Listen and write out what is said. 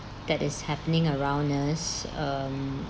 that is happening around us um